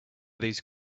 these